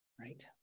Right